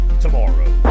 tomorrow